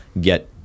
get